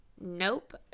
Nope